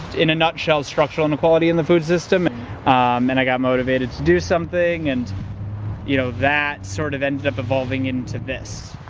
in a nutshell structural inequality in the food system and i got motivated to do something and you know that sort of ended up evolving into this